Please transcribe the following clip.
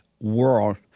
world